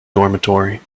dormitory